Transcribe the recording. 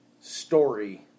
story